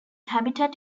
habitat